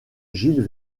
gilles